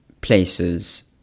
places